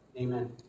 Amen